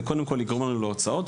זה קודם כל יגרום לנו להוצאות.